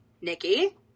Nikki